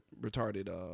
retarded